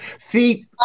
feet